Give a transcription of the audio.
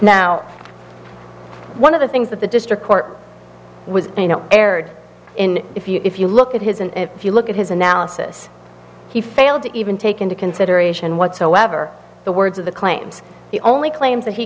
now one of the things that the district court was you know aired in if you look at his and if you look at his analysis he failed to even take into consideration whatsoever the words of the claims the only claims that he